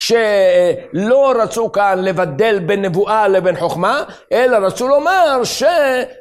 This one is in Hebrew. שלא רצו כאן לבדל בין נבואה לבין חוכמה, אלא רצו לומר ש...